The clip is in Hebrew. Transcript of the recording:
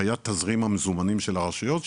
היה תזרים המזומנים של הרשויות,